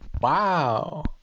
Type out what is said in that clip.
Wow